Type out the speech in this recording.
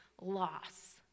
loss